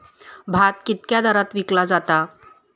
भात कित्क्या दरात विकला जा?